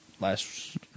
last